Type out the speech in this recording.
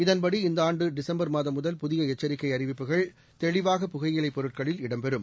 இதன்படி இந்த ஆண்டு டிசம்பர் மாதம் முதல் புதிய எச்சரிக்கை அறிவிப்புகள் தெளிவாக புகையிலைப் பொருட்களில் இடம்பெறும்